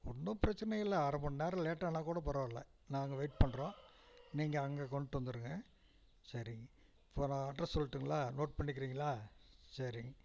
ஒன்றும் பிரச்சனை இல்லை அரைமண் நேரம் லேட் ஆனால் கூட பரவாயில்ல நாங்கள் வெயிட் பண்ணுறோம் நீங்கள் அங்கே கொண்டு வந்துடுங்க சரிங்க இப்போது நான் அட்ரஸ் சொல்லட்டுங்களா நோட் பண்ணிக்கிறீங்களா சரிங்